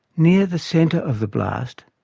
near the centre of the blast,